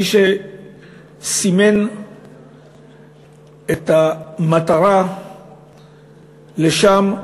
שמי שסימן את המטרה לשם,